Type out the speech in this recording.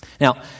Now